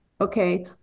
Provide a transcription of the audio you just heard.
okay